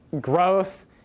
growth